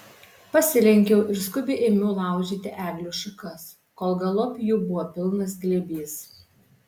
pasilenkiau ir skubiai ėmiau laužyti eglių šakas kol galop jų buvo pilnas glėbys